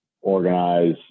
organize